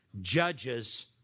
judges